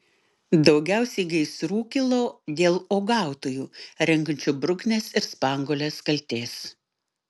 daugiausiai gaisrų kilo dėl uogautojų renkančių bruknes ir spanguoles kaltės